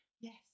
Yes